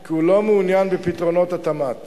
כי הוא לא מעוניין בפתרונות התמ"ת